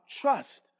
trust